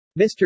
Mr